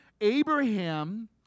Abraham